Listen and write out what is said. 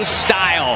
style